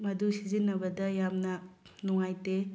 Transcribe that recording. ꯃꯗꯨ ꯁꯤꯖꯤꯟꯅꯕꯗ ꯌꯥꯝꯅ ꯅꯨꯡꯉꯥꯏꯇꯦ